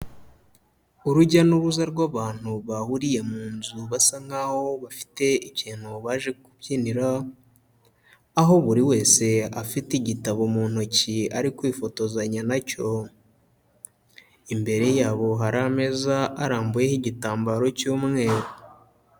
Urujya n'uruza rw'abantu bahuriye mu nzu, basa nk'aho bafite ikintu baje kubyinira, aho buri wese afite igitabo mu ntoki ari kwifotozanya na cyo, imbere yabo hari ameza arambuyeho igitambaro cy'umweru.